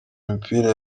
imipira